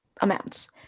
amounts